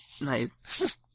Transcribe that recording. Nice